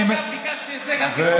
אני, אגב, ביקשתי את זה גם כחבר.